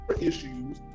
issues